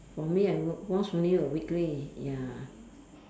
for me I w~ wash only err weekly ya